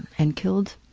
and killed.